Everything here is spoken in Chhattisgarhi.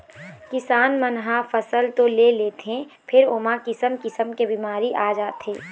किसान मन ह फसल तो ले लेथे फेर ओमा किसम किसम के बिमारी आ जाथे